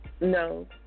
No